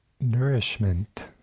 nourishment